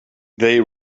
they